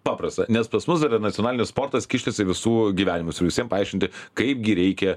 paprasta nes pas mus dar yra nacionalinis sportas kištis į visų gyvenimus ir visiem paaiškinti kaipgi reikia